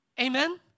Amen